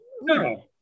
No